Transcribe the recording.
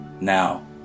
now